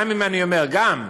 גם אם אני אומר, גם,